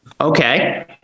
Okay